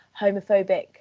homophobic